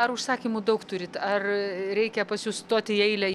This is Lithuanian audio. ar užsakymų daug turit ar reikia pas jus stoti į eilę